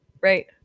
right